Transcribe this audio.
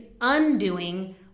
undoing